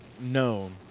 known